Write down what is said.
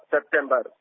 September